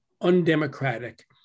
undemocratic